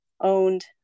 owned